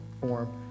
form